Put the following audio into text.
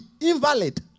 invalid